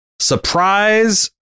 surprise